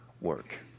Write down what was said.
work